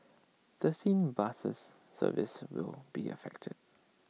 thirteen buses services will be affected